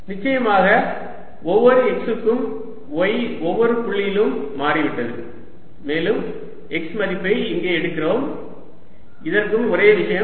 நிச்சயமாக ஒவ்வொரு x க்கும் y ஒவ்வொரு புள்ளியிலும் மாறிவிட்டது மேலும் x மதிப்பை இங்கே எடுக்கிறோம் இதற்கும் ஒரே விஷயம்